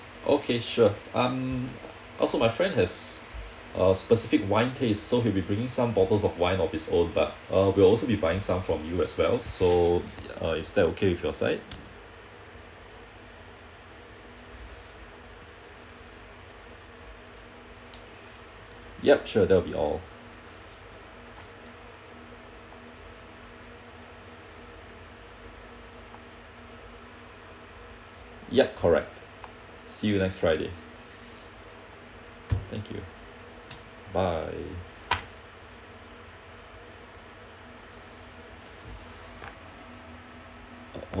okay sure I'm also my friend has a specific wine tastes so we'll be bringing some bottles of wine of his own but will also be buying some from you as well so uh is that okay with your side yup sure that will be all yup correct see you next friday thank you bye